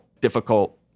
difficult